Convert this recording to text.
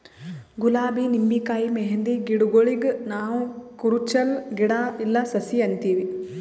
ಗುಲಾಬಿ ನಿಂಬಿಕಾಯಿ ಮೆಹಂದಿ ಗಿಡಗೂಳಿಗ್ ನಾವ್ ಕುರುಚಲ್ ಗಿಡಾ ಇಲ್ಲಾ ಸಸಿ ಅಂತೀವಿ